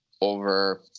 over